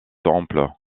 temple